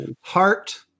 heart